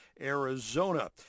Arizona